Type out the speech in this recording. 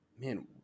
man